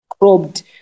cropped